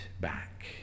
back